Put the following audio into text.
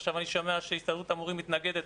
עכשיו אני שומע שהסתדרות המורים מתנגדת,